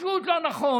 פשוט לא נכון.